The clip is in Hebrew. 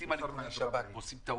מחליטים על איכוני שב"כ ועושים טעויות.